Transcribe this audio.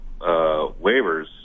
waivers